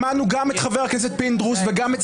שמענו גם את חבר הכנסת פינדרוס וגם את